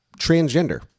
transgender